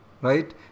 right